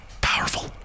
Powerful